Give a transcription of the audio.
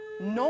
No